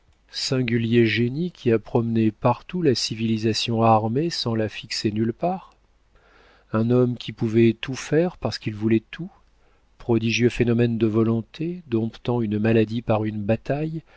singulier génie qui a promené partout la civilisation armée sans la fixer nulle part un homme qui pouvait tout faire parce qu'il voulait tout prodigieux phénomène de volonté domptant une maladie par une bataille